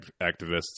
activists